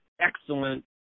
excellent